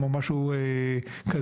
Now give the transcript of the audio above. המקום המורכב הזה שבו אנו חיים,